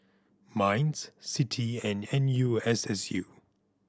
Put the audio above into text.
MINDS CITI E and N U S S U